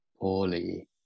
poorly